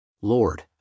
Lord